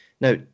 Now